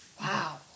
Wow